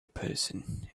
person